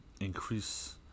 increase